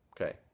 Okay